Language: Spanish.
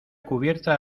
cubierta